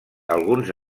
alguns